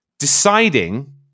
deciding